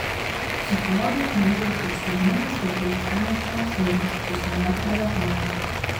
psichologijos mokyklos užsiėmimai skirti uostamiesčio moksleiviams susilaukė ažiotažo